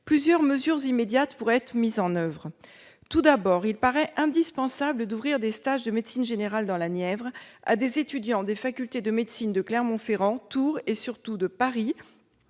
plusieurs mesures immédiates pourraient être mises en oeuvre. Tout d'abord, il paraît indispensable d'ouvrir des stages de médecine générale dans la Nièvre à des étudiants des facultés de médecine de Clermont-Ferrand, de Tours et surtout de Paris,